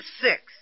Six